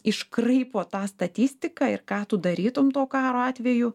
iškraipo tą statistiką ir ką tu darytum to karo atveju